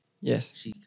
Yes